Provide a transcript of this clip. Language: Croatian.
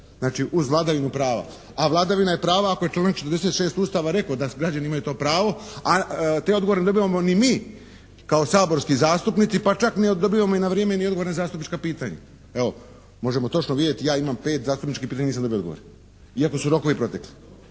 Znači uz vladavinu prava, a vladavina je prava ako je članak 46. Ustava rekao da građani imaju to pravo, a te odgovore ne dobivamo ni mi kao saborski zastupnici, pa čak ne dobivamo na vrijeme ni odgovor na zastupnička pitanja. Evo možemo točno vidjeti, ja imam pet zastupničkih pitanja, nisam dobio odgovor iako su rokovi protekli.